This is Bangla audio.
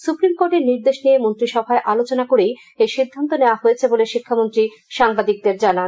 সুপ্রিমকোর্টের নির্দেশ নিয়ে মন্ত্রীসভায় আলোচনা করেই এই সিদ্ধান্ত নেওয়া হয়েছে বলে শিক্ষামন্ত্রী সাংবাদিকদের জানান